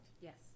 Yes